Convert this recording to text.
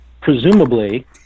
presumably